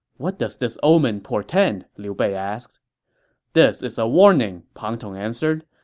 what does this omen portend? liu bei asked this is a warning, pang tong answered.